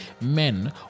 men